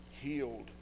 Healed